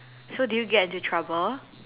so did you get into trouble